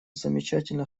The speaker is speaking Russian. замечательно